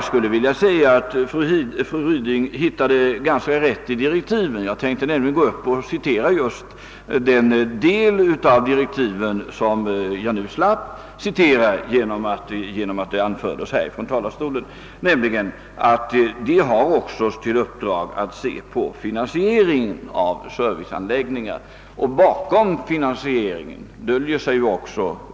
Fru Ryding hittade ganska rätt i direktiven — jag tänkte nämligen citera just den del av dem som fru Ryding anförde, nämligen att kommittén också har till uppgift att granska finansieringen av serviceanläggningar.